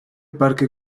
parque